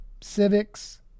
civics